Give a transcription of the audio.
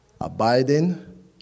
Abiding